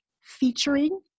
featuring